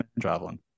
traveling